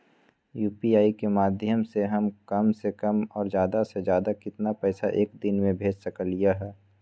UPI के माध्यम से हम कम से कम और ज्यादा से ज्यादा केतना पैसा एक दिन में भेज सकलियै ह?